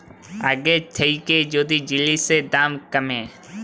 আগের থ্যাইকে যদি জিলিসের দাম ক্যমে